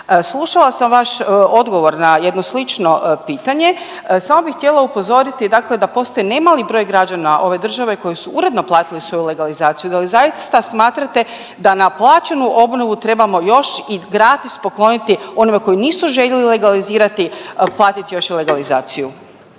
Slušala sam vaš odgovor na jedno slično pitanje, samo bih htjela upozoriti dakle da postoji nemali broj građana ove države koji su uredno platili svoju legalizaciju. Da li zaista smatrate da na plaćenu obnovu trebamo još i gratis pokloniti onima koji nisu željeli legalizirati, platiti još i legalizaciju.